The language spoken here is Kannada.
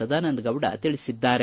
ಸದಾನಂದಗೌಡ ತಿಳಿಸಿದ್ದಾರೆ